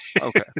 Okay